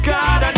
God